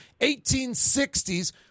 1860s